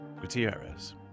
Gutierrez